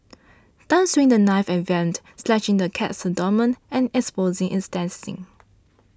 tan swung the knife at Vamp slashing the cat's abdomen and exposing its intestines